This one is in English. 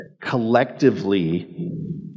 Collectively